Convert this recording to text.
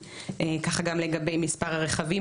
כך גם לגבי מספר הרכבים,